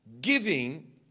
Giving